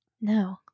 No